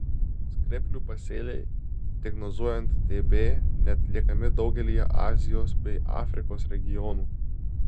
skreplių pasėliai diagnozuojant tb neatliekami daugelyje azijos bei afrikos regionų